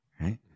right